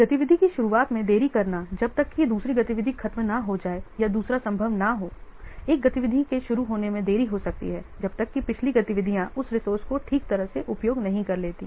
एक गतिविधि की शुरुआत में देरी करना जब तक कि दूसरी गतिविधि खत्म न हो जाए या दूसरा संभव न हो एक गतिविधि के शुरू होने में देरी हो सकती है जब तक कि पिछली गतिविधियां उस रिसोर्से को ठीक तरह से उपयोग नहीं कर लेती